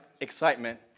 excitement